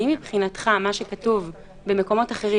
האם מבחינתך מה שכתוב במקומות אחרים,